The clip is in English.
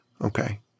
Okay